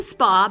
Spa